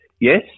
Yes